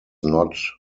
not